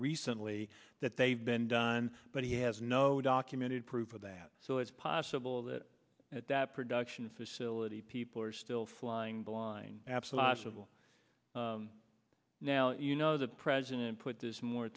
recently that they've been done but he has no documented proof of that so it's possible that at that production facility people are still flying blind absolute civil now you know the president put this mor